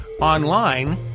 online